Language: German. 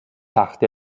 dachte